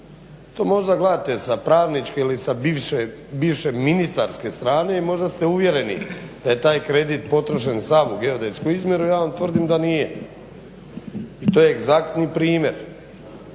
To možda gledate sa pravničke ili sa bivše ministarske strane i možda ste uvjereni da je taj kredit potrošen sav u geodetsku izmjeru. Ja vam tvrdim da nije. I to je egzaktni primjer